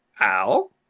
Al